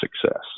success